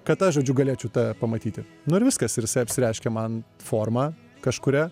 kad aš žodžiu galėčiau tave pamatyti nu ir viskas ir jis apsireiškė man forma kažkuria